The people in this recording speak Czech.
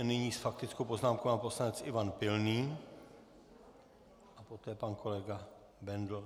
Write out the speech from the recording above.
Nyní s faktickou poznámkou pan poslanec Ivan Pilný, poté pan kolega Bendl.